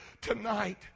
tonight